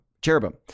cherubim